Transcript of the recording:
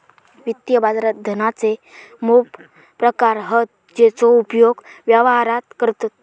वित्तीय बाजारात धनाचे मोप प्रकार हत जेचो उपयोग व्यवहारात करतत